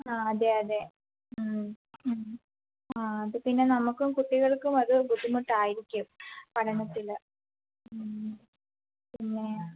ആ അതെ അതെ മ്മ് മ്മ് ആ അത് പിന്നെ നമുക്കും കുട്ടികൾക്കും അത് ബുദ്ധിമുട്ടായിരിക്കും പറയാൻ പറ്റില്ല മ്മ് പിന്നെ